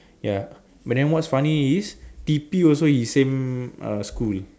ya but then what's funny is T_P also he same uh school